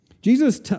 Jesus